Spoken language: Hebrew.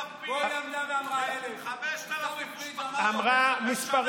ולא ידע על מי אפשר לסמוך ועל מי אי-אפשר